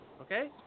okay